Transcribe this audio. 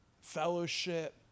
fellowship